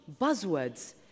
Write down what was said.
buzzwords